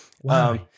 Wow